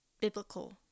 biblical